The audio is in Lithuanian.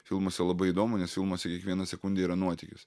filmuose labai įdomu nes filmuose kiekviena sekundė yra nuotykis